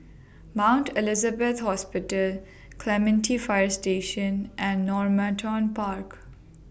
Mount Elizabeth Hospital Clementi Fire Station and Normanton Park